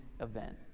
event